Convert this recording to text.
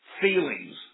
feelings